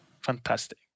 Fantastic